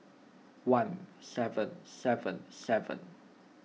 one seven seven seven